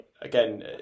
again